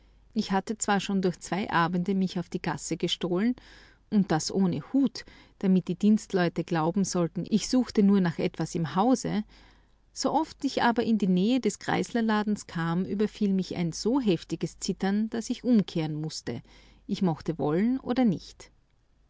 ich hatte zwar schon durch zwei abende mich auf die gasse gestohlen und das ohne hut damit die dienstleute glauben sollten ich suchte nur nach etwas im hause sooft ich aber in die nähe des grieslerladens kam überfiel mich ein so heftiges zittern daß ich umkehren mußte ich mochte wollen oder nicht